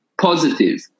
positive